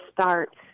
start